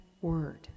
word